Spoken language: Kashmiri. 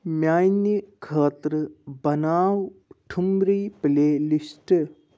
میانہِ خٲطرٕ بناو ٹھُمری پلے لسٹ